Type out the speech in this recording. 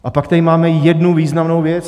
A pak tady máme jednu významnou věc.